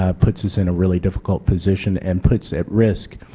ah put so us in a really difficult position and put at risk